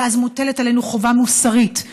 כי אז מוטלת עלינו חובה מוסרית,